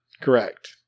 Correct